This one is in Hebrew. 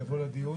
יבוא לדיון.